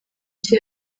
cye